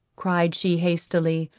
cried she hastily,